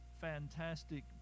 fantastic